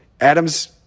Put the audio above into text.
Adams